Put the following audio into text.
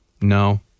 No